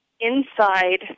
inside